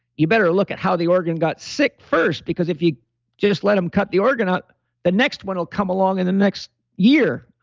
you better look at how the organ got sick first, because if you just let them cut the organ, ah the next one will come along in the next year.